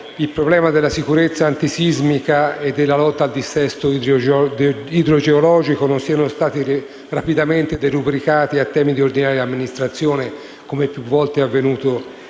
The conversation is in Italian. il problema della sicurezza antisismica e della lotta al dissesto idrogeologico non sia stato rapidamente derubricato a tema di ordinaria amministrazione, come più volte è avvenuto